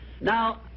Now